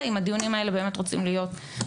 אם באמת רוצים שהדיונים האלה יהיו מעשיים.